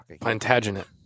Plantagenet